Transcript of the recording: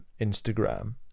Instagram